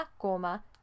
coma